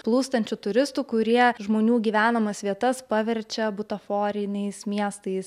plūstančių turistų kurie žmonių gyvenamas vietas paverčia butaforiniais miestais